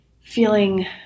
feeling